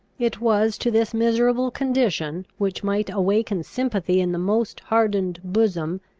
it was to this miserable condition, which might awaken sympathy in the most hardened bosom,